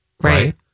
Right